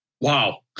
Wow